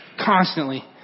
Constantly